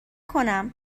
کنم